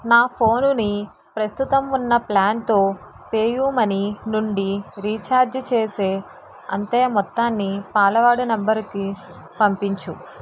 నా ఫోనుని ప్రస్తుతం ఉన్న ప్ల్యాన్తో పేయూమనీ నుండి రీఛార్జి చేసే అంతే మొత్తాన్ని పాలవాడి నంబరుకి పంపించు